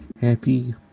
happy